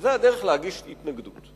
וזאת הדרך להגיש התנגדות.